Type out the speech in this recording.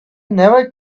never